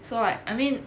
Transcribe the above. so I I mean